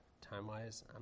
Time-wise